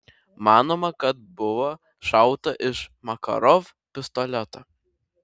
manoma kad buvo šauta iš makarov pistoleto